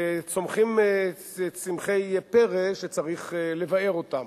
וצומחים צמחי פרא שצריך לבער אותם.